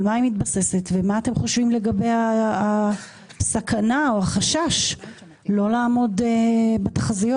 על מה היא מתבססת ומה אתם חושבים לגבי הסכנה או החשש לא לעמוד בתחזיות.